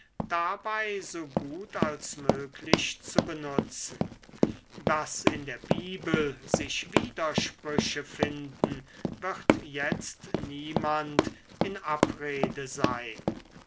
dabei so gut als möglich zu benutzen daß in der bibel sich widersprüche finden wird jetzt niemand in abrede sein